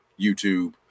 YouTube